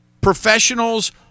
Professionals